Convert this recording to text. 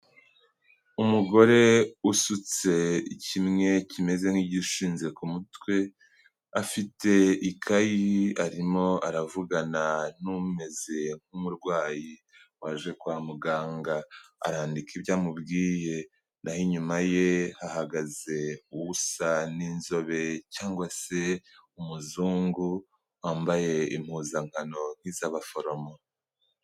Umugore usutse ikimwe kimeze nk'igishinze ku mutwe, afite ikayi arimo aravugana n'umeze nk'umurwayi waje kwa muganga, arandika ibyo amubwiye. Naho inyuma ye hahagaze usa nk'inzobe cyangwa se umuzungu wambaye impuzankano nk'iz'abaforomo.